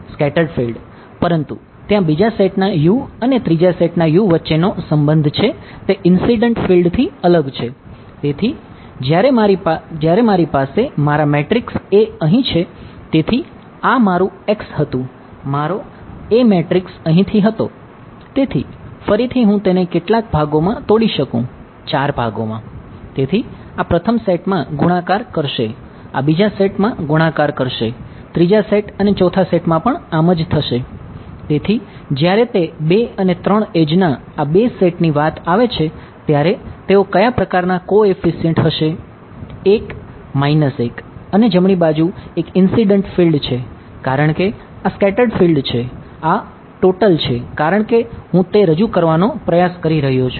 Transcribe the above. scattered છે આ total છે કારણ કે હું તે રજૂ કરવાનો પ્રયાસ કરી રહ્યો છું